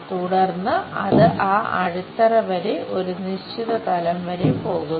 തുടർന്ന് അത് ആ അടിത്തറ വരെ ഒരു നിശ്ചിത തലം വരെ പോകുന്നു